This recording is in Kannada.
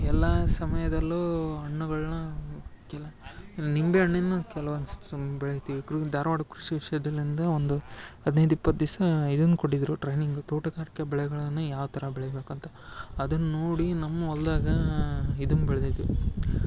ಎಲ್ಲ ಸಮಯದಲ್ಲೂ ಹಣ್ಣುಗಳ್ನ ಕೆಲ ನಿಂಬೆ ಹಣ್ಣಿನ್ನು ಕೆಲ್ವೊಂದು ಬೆಳಿತೀವಿ ಕ್ರು ಧಾರ್ವಾಡ ಕೃಷಿ ವಿಶ್ವವಿದ್ಯಾಲಿಂದ ಒಂದು ಹದಿನೈದು ಇಪ್ಪತ್ತು ದಿವಸ ಇದನ್ನು ಕೊಟ್ಟಿದ್ದರು ಟ್ರೈನಿಂಗು ತೋಟಗಾರಿಕೆ ಬೆಳೆಗಳನ್ನು ಯಾವ ಥರ ಬೆಳಿಬೇಕು ಅಂತ ಅದನ್ನು ನೋಡಿ ನಮ್ಮ ಹೊಲ್ದಾಗ ಇದನ್ನು ಬೆಳೆದಿದ್ವಿ